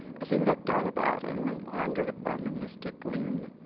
as he looked all about him and pondered upon the mystic gloom,